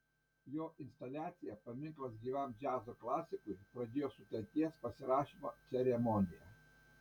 jo instaliacija paminklas gyvam džiazo klasikui pradėjo sutarties pasirašymo ceremoniją